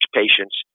patients